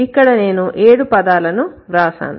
ఇక్కడ నేను ఏడు పదాలను వ్రాసాను